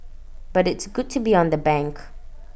but it's good to be on the bank